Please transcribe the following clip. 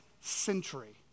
century